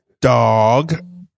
dog